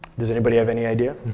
does anybody have any idea?